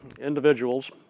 individuals